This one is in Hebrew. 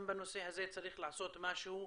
גם בנושא הזה צריך לעשות משהו.